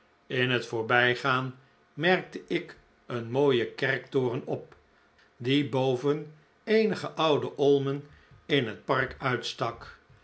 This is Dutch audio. in het voorbijgaan merkte ik een mooien kerktoren op die boven eenige oude olmen in het park uitstak